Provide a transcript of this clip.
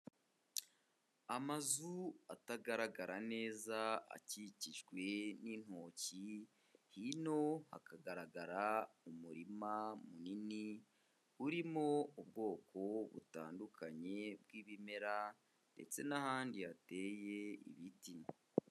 Amazu atagaragara neza akikijwe n'intoki, hino hakagaragara umurima munini urimo ubwoko butandukanye bw'ibimera ndetse n'ahandi hateye ibiti.